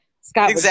Scott